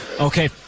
Okay